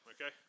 okay